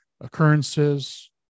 occurrences